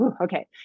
Okay